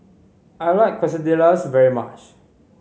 I like Quesadillas very much